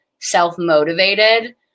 self-motivated